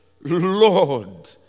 Lord